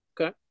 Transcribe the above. Okay